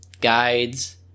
guides